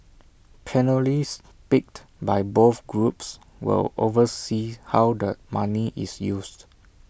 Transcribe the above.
panellists picked by both groups will oversee how the money is used